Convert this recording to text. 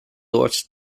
lords